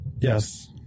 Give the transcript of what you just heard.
Yes